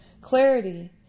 Clarity